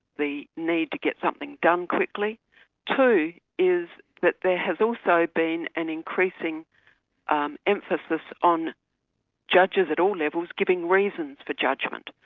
the need to get something done quickly two, is that there has also been an increasing um emphasis on judges at all levels giving reasons for judgment.